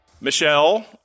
Michelle